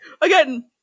Again